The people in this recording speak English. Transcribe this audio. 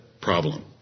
problem